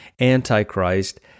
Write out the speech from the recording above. Antichrist